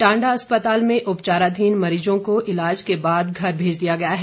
टांडा अस्पताल में उपचाराधीन मरीजों को इलाज के बाद घर भेज दिया गया है